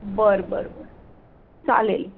बरं बरं बरं चालेल